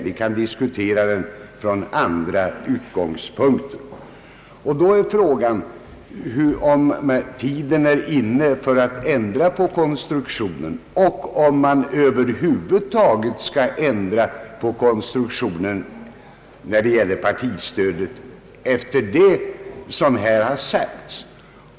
Vi kan diskutera den från andra utgångspunkter, och då blir frågan om tiden är inne att ändra på konstruktionen och om man över huvud taget skall ändra den när det gäller partistödet efter vad som här har sagts.